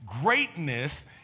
greatness